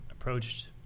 approached